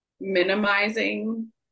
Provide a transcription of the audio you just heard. minimizing